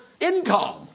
income